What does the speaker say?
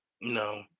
No